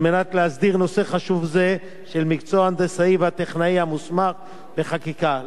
על מנת להסדיר נושא חשוב זה של מקצוע ההנדסאי והטכנאי המוסמך בחקיקה.